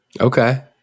okay